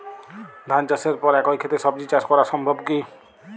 ধান চাষের পর একই ক্ষেতে সবজি চাষ করা সম্ভব কি?